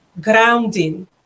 grounding